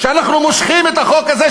אנחנו מושכים את החוק הזה,